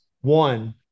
one